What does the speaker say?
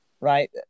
right